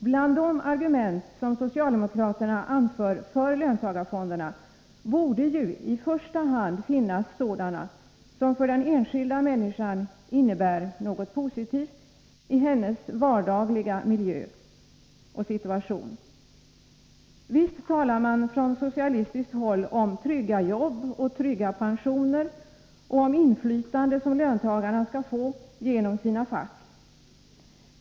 Bland de argument som socialdemokraterna anför för löntagarfonderna borde ju i första hand finnas sådana som för den enskilda människan innebär något positivt i hennes vardagliga situation. Visst talar man från socialistiskt håll om trygga jobb och trygga pensioner och om inflytande, som löntagarna skall få — genom sina fack.